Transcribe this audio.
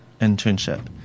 internship